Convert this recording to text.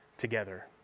together